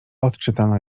odczytano